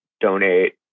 donate